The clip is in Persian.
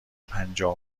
پنجاه